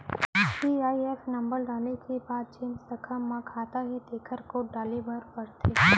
CIF number डारे के बाद जेन साखा म खाता हे तेकर कोड डारे बर परथे